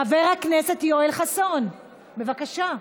חבר הכנסת יואל חסון, בבקשה.